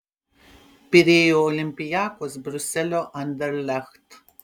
pirėjo olympiakos briuselio anderlecht